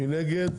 מי נגד?